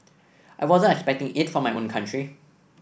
I wasn't expecting it from my own country